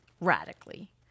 radically